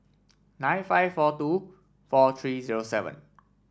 nine five four two four three zero seven